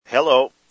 Hello